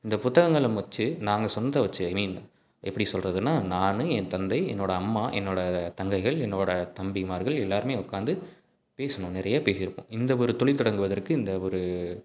இந்த புத்தகங்களை நம்ம வச்சி நாங்கள் சொன்னதை வச்சி ஐ மீன் எப்படி சொல்கிறதுன்னா நான் என் தந்தை என்னோடய அம்மா என்னோடய தங்கைகள் என்னோடய தம்பிமார்கள் எல்லாருமே உக்காந்து பேசினோம் நிறைய பேசியிருப்போம் இந்த ஒரு தொழில் தொடங்குவதற்கு இந்த ஒரு